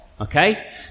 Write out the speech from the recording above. okay